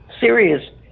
serious